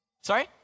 Sorry